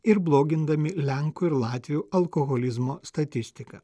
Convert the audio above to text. ir blogindami lenkų ir latvių alkoholizmo statistiką